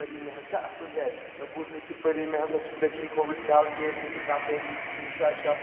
پٔری محل چھا اَصٕل جاے مےٚ بوٗزمُت چھُ پٔری محلَس چھِ دٔچھِنۍ کھووٕرۍ ڈل گیٹ تہِ چھُ تَپٲری نِشاط شال